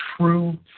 true